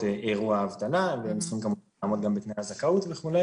אירוע אבטלה והם צריכים גם לעמוד בתנאי הזכאות וכו'